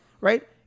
right